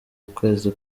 ukwezi